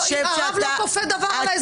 הרב לא כופה דבר על האזרחים.